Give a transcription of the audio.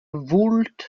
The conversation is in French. voulte